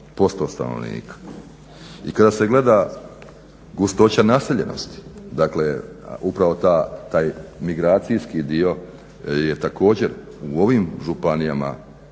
12% stanovnika. I kada se gleda gustoća naseljenosti, dakle upravo ta, taj migracijski dio je također u ovim županijama